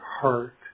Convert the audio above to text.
heart